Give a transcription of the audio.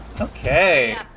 okay